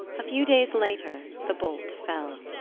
a few days later the bolt fell.